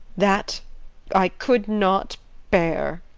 that i could not bear.